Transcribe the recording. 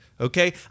okay